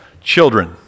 children